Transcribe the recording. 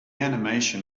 animation